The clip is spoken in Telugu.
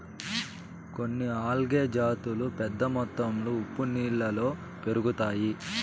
కొన్ని ఆల్గే జాతులు పెద్ద మొత్తంలో ఉప్పు నీళ్ళలో పెరుగుతాయి